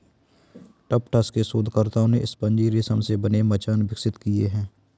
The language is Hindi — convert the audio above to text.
टफ्ट्स के शोधकर्ताओं ने स्पंजी रेशम से बने मचान विकसित किए हैं